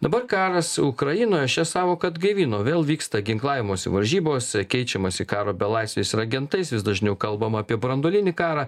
dabar karas ukrainoje šią sąvoką atgaivino vėl vyksta ginklavimosi varžybos keičiamasi karo belaisviais ir agentais vis dažniau kalbama apie branduolinį karą